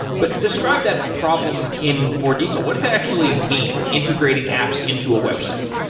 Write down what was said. but describe that problem in more detail. what is that actually mean integrating apps into a website?